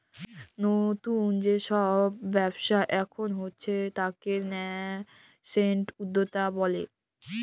লতুল যে সব ব্যবচ্ছা এখুন হয়ে তাকে ন্যাসেন্ট উদ্যক্তা ব্যলে